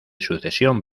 sucesión